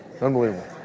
unbelievable